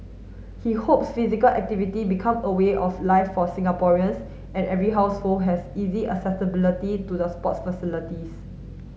he hopes physical activity become a way of life for Singaporeans and every household has easy accessibility to the sports facilities